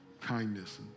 Kindness